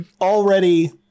already